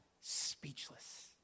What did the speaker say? speechless